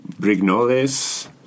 Brignoles